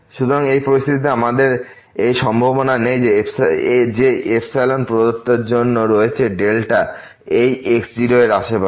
সুতরাং এই পরিস্থিতিতে আমাদের এই সম্ভাবনা নেই যে প্রদত্তের জন্য রয়েছে এই x0 এর আশেপাশে